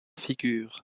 figures